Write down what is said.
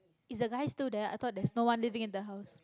is the guy still there I thought there's no one living in the house